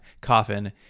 coffin